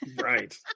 Right